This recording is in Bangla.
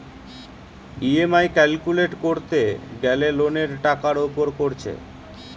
ই.এম.আই ক্যালকুলেট কোরতে গ্যালে লোনের টাকার উপর কোরছে